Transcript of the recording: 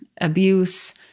abuse